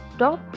top